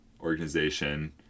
organization